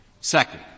Second